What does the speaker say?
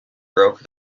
broke